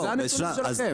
אלה הנתונים שלכם.